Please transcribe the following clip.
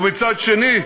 ומצד שני,